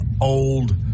old